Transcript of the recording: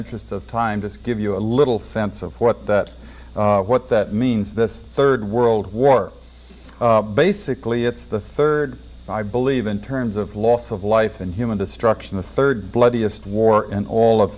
interest of time just give you a little sense of what that what that means this third world war basically it's the third i believe in terms of loss of life and human destruction the third bloodiest war and all of